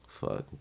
Fuck